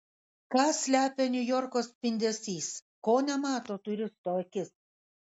ką slepia niujorko spindesys ko nemato turisto akis